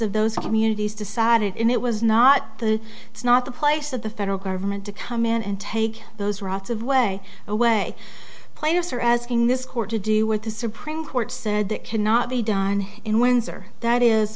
of those communities decided it was not the it's not the place of the federal government to come in and take those rights of way away players are asking this court to do what the supreme court said that cannot be done in windsor that is